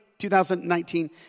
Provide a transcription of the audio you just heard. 2019